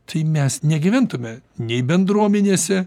tai mes negyventume nei bendruomenėse